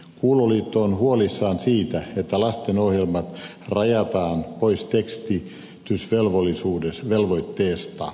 kuuloliitto on huolissaan siitä että lastenohjelmat rajataan pois tekstitysvelvoitteesta